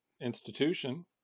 institution